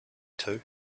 too